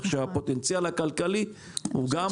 כך שהפוטנציאל הכלכלי הוא גם ענק.